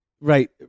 right